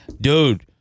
Dude